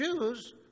Jews